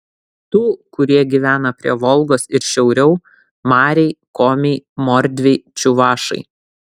tų kurie gyvena prie volgos ir šiauriau mariai komiai mordviai čiuvašai